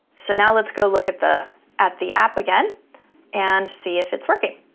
so now, let's go look at the at the app again and see if it's working.